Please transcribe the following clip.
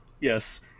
Yes